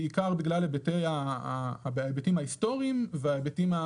בעיקר בגלל ההיבטים ההיסטוריים וההיבטים,